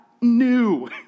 new